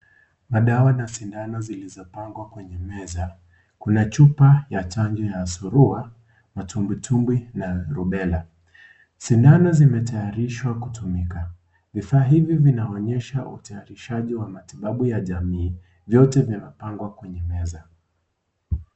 Madawa na sindano zilizopangwa kwenye meza. Kuna chupa ya chanjo ya surua, matumbwitumwi na rubela. Sindano zimetayarishwa kutumika. Vifaa hivi vinaonyesha utayarishaji wa matibabu ya jamii. Vyote vimepangwa kwenye meza.